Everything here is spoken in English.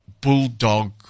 bulldog